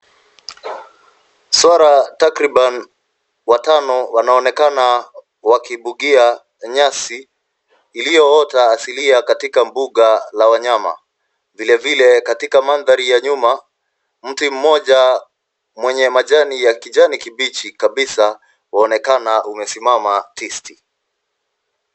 Swara takriba watano wanaonekana wakibugia nyasi iliyoota asilia katika mbuga la wanyama. Vilevile katika mandhari ya nyuma, mti mmoja mwenye majani ya kijani kibichi kabisa waonekana umesimama tisti.